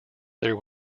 there